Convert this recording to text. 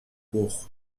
cours